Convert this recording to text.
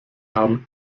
haben